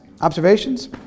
Observations